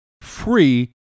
free